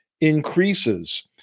increases